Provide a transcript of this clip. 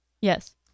Yes